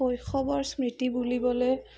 শৈশৱৰ স্মৃতি বুলিবলৈ